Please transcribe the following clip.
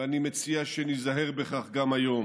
ואני מציע שניזהר בכך גם היום.